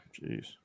Jeez